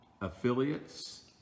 affiliates